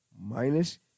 minus